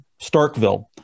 Starkville